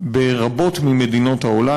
ברבות ממדינות העולם.